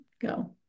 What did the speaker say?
go